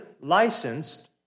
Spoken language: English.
licensed